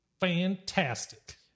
fantastic